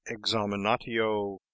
EXAMINATIO